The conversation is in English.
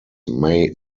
may